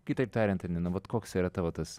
kitaip tariant nu vot koks yra tavo tas